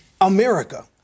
America